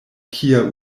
kia